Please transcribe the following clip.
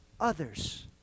others